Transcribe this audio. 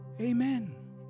Amen